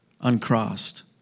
uncrossed